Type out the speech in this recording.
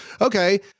Okay